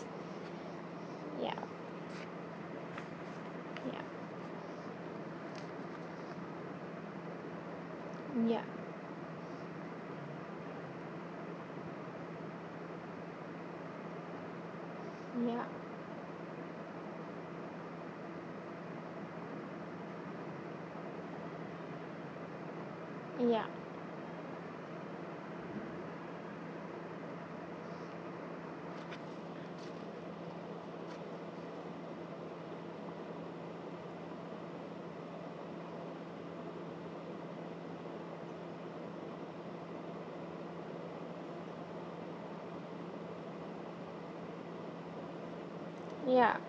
ya ya ya ya ya ya